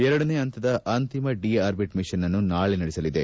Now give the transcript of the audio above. ಎರಡನೇ ಹಂತದ ಅಂತಿಮ ಡಿ ಆರ್ಬಿಟ್ ಮಿಷನ್ ಅನ್ನು ನಾಳಿ ನಡೆಸಲಿದೆ